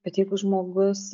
bet jeigu žmogus